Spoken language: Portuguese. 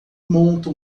monta